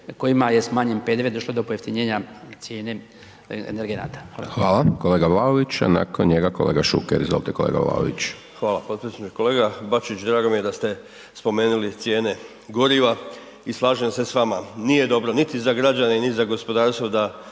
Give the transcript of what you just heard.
kojima je smanjen PDV došlo do pojeftinjenja cijene energenata. **Hajdaš Dončić, Siniša (SDP)** Hvala. Kolega Vlaović, a nakon njega kolega Šuker. Izvolite kolega Vlaović. **Vlaović, Davor (HSS)** Hvala …/Govornik se ne razumije/…kolega Bačić, drago mi je da ste spomenuli cijene goriva i slažem se s vama, nije dobro niti za građane, ni za gospodarstvo da